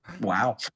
wow